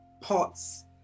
pots